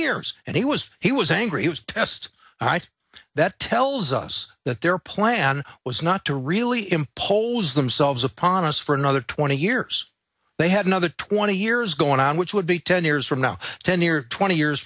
years and he was he was angry it was test that tells us that their plan was not to really him polls themselves upon us for another twenty years they had another twenty years going on which would be ten years from now ten or twenty years